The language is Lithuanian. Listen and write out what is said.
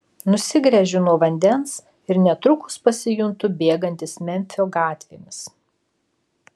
nusigręžiu nuo vandens ir netrukus pasijuntu bėgantis memfio gatvėmis